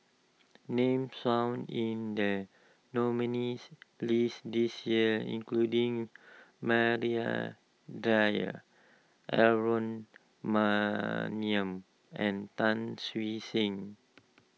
names found in the nominees' list this year including Maria Dyer Aaron Maniam and Tan Siew Sin